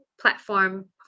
platform